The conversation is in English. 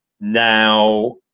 now